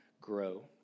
grow